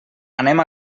anem